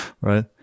right